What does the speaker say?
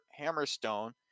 Hammerstone